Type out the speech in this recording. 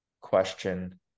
question